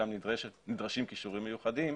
שם נדרשים כישורים מיוחדים,